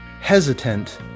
hesitant